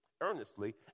earnestly